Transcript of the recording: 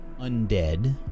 undead